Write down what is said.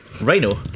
Rhino